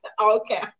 Okay